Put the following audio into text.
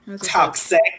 Toxic